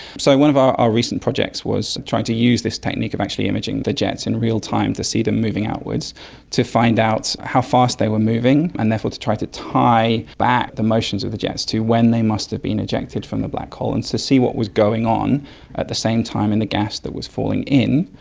so one of our research projects was trying to use this technique of actually imaging the jets in real-time to see them moving outwards to find out how fast they were moving and therefore to try to tie back the motions of the jets to when they must have been ejected from the black hole and to see what was going on at the same time in the gas that was falling in,